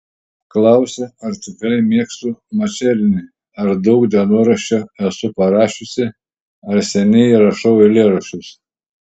klausia ar tikrai mėgstu mačernį ar daug dienoraščio esu parašiusi ar seniai rašau eilėraščius